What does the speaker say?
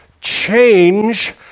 change